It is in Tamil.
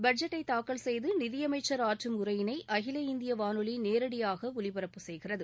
பட்ஜெட்டை தாக்கல் செய்து நிதியமைச்சர் ஆற்றும் உரையினை அகில இந்திய வானொலி நேரடியாக ஒலிபரப்பு செய்கிறது